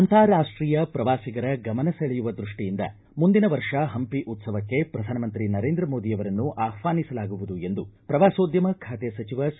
ಅಂತಾರಾಷ್ಟೀಯ ಪ್ರವಾಸಿಗರ ಗಮನ ಸೆಳೆಯುವ ದೃಷ್ಟಿಯಿಂದ ಮುಂದಿನ ವರ್ಷ ಹಂಪಿ ಉತ್ತವಕ್ಕೆ ಪ್ರಧಾನಮಂತ್ರಿ ನರೇಂದ್ರ ಮೋದಿ ಅವರನ್ನು ಆಹ್ವಾನಿಸಲಾಗುವುದು ಎಂದು ಪ್ರವಾಸೋದ್ಯಮ ಖಾತೆ ಸಚಿವ ಸಿ